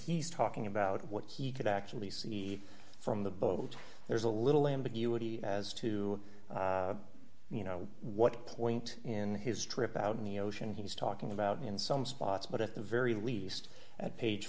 he's talking about what he could actually see from the boat there's a little ambiguity as to you know what point in his trip out in the ocean he's talking about in some spots but at the very least at page